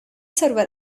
server